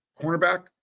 Cornerback